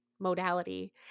modality